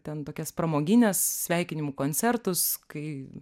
ten tokias pramogines sveikinimų koncertus kai